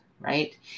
right